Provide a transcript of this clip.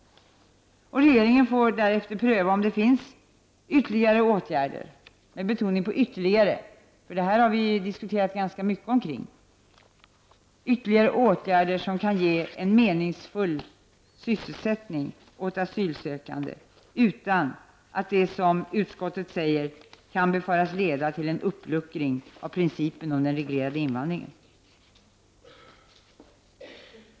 Regeringen får därefter pröva om det finns ytterligare åtgärder — med betoning på ytterligare, vi har diskuterat mycket om detta — som kan ge meningsfull sysselsättning åt asylsökande utan att det som utskottet säger ”kan befaras leda till en uppluckring av principen om den reglerade invandringen”.